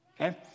Okay